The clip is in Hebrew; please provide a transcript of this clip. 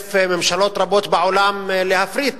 דוחף ממשלות רבות בעולם להפריט.